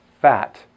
fat